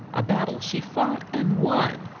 a battle she fought and won,